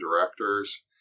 directors